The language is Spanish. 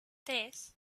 tres